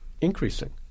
increasing